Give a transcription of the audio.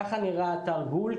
ככה נראה אתר גול.